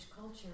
culture